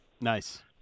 Nice